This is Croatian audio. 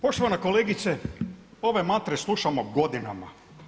Poštovana kolegice ove mantre slušamo godinama.